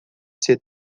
ser